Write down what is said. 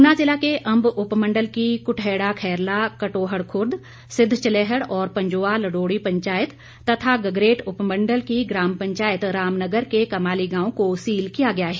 ऊना जिला के अम्ब उपमण्डल की कुठेहड़ा खैरला कटोहड़ खूर्द सिद्वचलेहड़ और पंजोआ लड़ोली पंचायत तथा गगरेट उपमण्डल की ग्राम पंचायत रामनगर के कमाली गांव को सील किया गया है